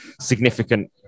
significant